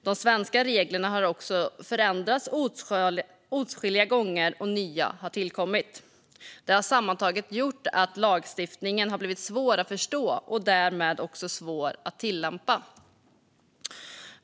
De svenska reglerna har också förändrats åtskilliga gånger, och nya har tillkommit. Detta har sammantaget gjort att lagstiftningen blivit svår att förstå och därmed också svår att tillämpa.